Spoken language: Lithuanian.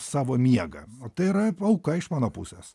savo miegą o tai yra auka iš mano pusės